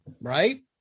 Right